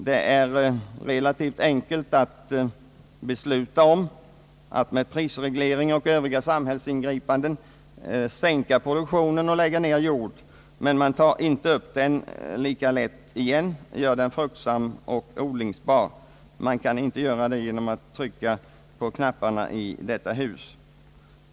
Det är relativt enkelt att besluta om att med prisregleringar och övriga samhällsingripanden sänka produktionen och lägga ned jord, men man tar inte upp den lika lätt igen och gör den fruktsam och odlingsbar. Man kan inte göra detta genom att trycka på knapparna i detta hus.